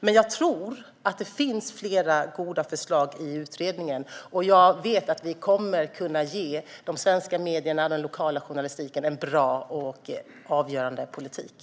Men jag tror att det finns flera goda förslag i utredningen, och jag vet att vi kommer att kunna föra en bra och avgörande politik gällande de svenska medierna och den lokala journalistiken.